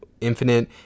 Infinite